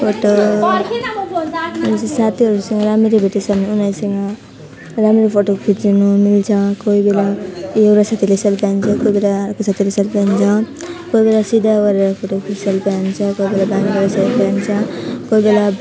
photo अनि चाहिँ साथीहरूसँग राम्ररी भेटेछ भने उनीहरूसँग राम्ररी फोटो खिच्नु मिल्छ कोही बेला एउटा साथीले सेल्फी हान्छ कोही बेला अर्को साथीले सेल्फी हान्छ कोही बेला सिधा गरेर फोटो खिच्छ सेल्फी हान्छ कोही बेला बाङ्गो गरेर सेल्फी हान्छ कोही बेला